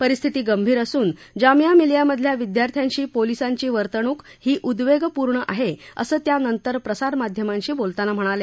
परिस्थिती गंभीर असून जामिया मिलीया मधल्या विद्यार्थ्यांशी पोलिसांची वर्तणूक ही उद्वेगपूर्ण आहे असं त्या नंतर प्रसारमाध्यमांशी बोलताना म्हणाल्या